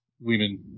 women